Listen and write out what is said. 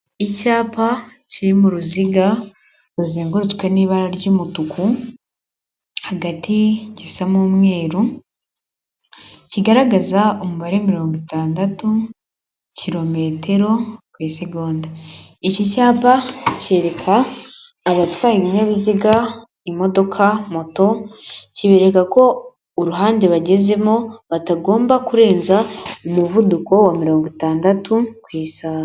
Icyapa kiri mu ruziga ruzengurutswe n'ibara ry'umutuku, hagati gisa n'umweru kigaragaza umubare mirongo itandatu, kilometero ku isegonda. Iki cyapa cyereka abatwaye ibinyabiziga imodoka, moto kibereka ko uruhande bagezemo batagomba kurenza umuvuduko wa mirongo itandatu ku isazi.